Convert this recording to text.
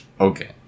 Okay